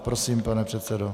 Prosím, pane předsedo.